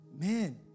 Man